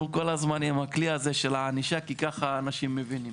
כל הזמן עם כלי הענישה כי כך אנשים מבינים.